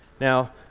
Now